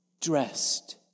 dressed